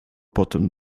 potem